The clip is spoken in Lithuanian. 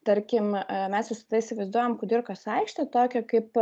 tarkim mes visada įsivaizduojam kudirkos aikštę tokią kaip